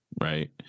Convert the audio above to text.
right